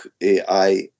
AI